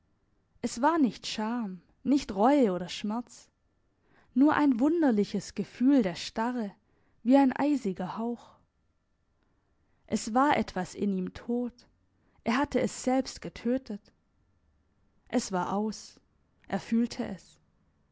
es war nicht scham nicht reue oder schmerz nur ein wunderliches gefühl der starre wie ein eisiger hauch es war etwas in ihm tot er hatte es selbst getötet es war aus er fühlte es